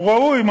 הוא ראוי.